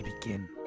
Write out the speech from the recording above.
begin